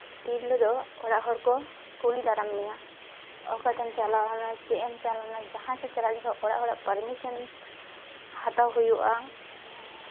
ᱛᱤᱨᱞᱟᱹ ᱫᱚ ᱚᱲᱟᱜ ᱦᱚᱲ ᱠᱚ ᱠᱩᱞᱤ ᱫᱟᱨᱟᱢ ᱢᱮᱭᱟ ᱚᱠᱟᱛᱮᱢ ᱪᱟᱞᱟᱣ ᱞᱮᱱᱟ ᱪᱮᱫ ᱮᱢ ᱪᱟᱞᱟᱣ ᱞᱮᱱᱟ ᱡᱟᱦᱟᱸ ᱥᱮᱫ ᱪᱟᱞᱟᱜ ᱡᱚᱠᱷᱚᱡ ᱚᱲᱟᱜ ᱦᱚᱲᱟᱜ ᱯᱟᱨᱢᱤᱥᱮᱱ ᱦᱟᱛᱟᱣ ᱦᱩᱭᱩᱜᱼᱟ